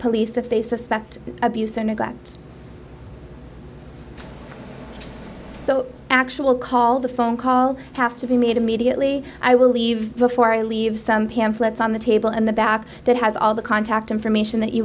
police if they suspect abuse or neglect the actual call the phone call have to be made immediately i will leave before i leave some pamphlets on the table in the back that has all the contact information that you